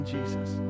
Jesus